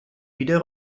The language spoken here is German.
wieder